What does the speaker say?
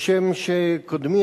וכשם שקודמי,